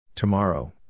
Tomorrow